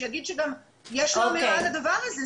שיגיד שגם יש לו אמירה על הדבר הזה.